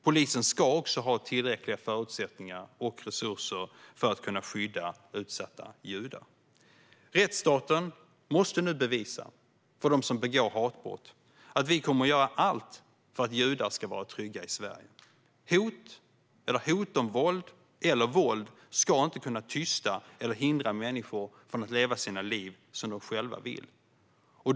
Polisen ska ha tillräckliga förutsättningar och resurser för att kunna skydda utsatta judar. Rättsstaten måste nu bevisa för dem som begår hatbrott att vi kommer att göra allt för att judar ska vara trygga i Sverige. Hot, hot om våld eller våld ska inte kunna tysta eller hindra människor från att leva sina liv som de själva vill.